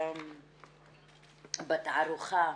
בתערוכה,